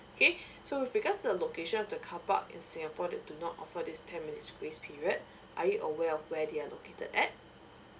okay so with regards to the location of the carpark in singapore that do not offer this ten minutes grace period are you aware of where they are located at